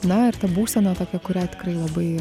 na ir ta būsena tokia kurią tikrai labai